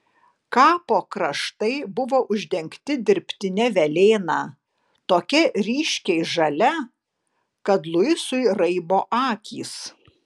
kapo kraštai buvo uždengti dirbtine velėna tokia ryškiai žalia kad luisui raibo akys